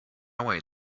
away